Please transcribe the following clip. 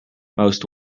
most